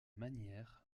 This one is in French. manière